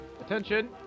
Attention